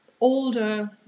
older